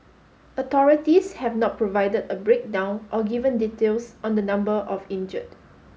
authorities have not provided a breakdown or given details on the number of injured